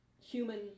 human